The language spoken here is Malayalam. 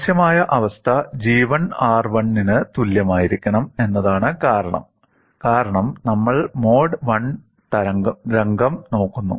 ആവശ്യമായ അവസ്ഥ G1 R1 ന് തുല്യമായിരിക്കണം എന്നതാണ് കാരണം കാരണം നമ്മൾ മോഡ് 1 രംഗം നോക്കുന്നു